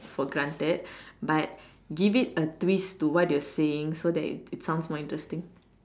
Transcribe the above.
for granted but give it a twist to what you're saying so that it sounds more interesting